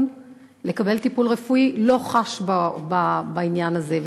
לקבל טיפול רפואי לא חש בעניין הזה.